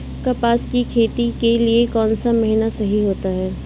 कपास की खेती के लिए कौन सा महीना सही होता है?